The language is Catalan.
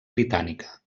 britànica